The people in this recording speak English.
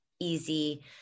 easy